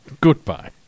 Goodbye